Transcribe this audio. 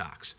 cox